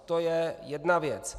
To je jedna věc.